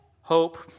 hope